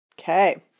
Okay